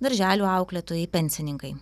darželių auklėtojai pensininkai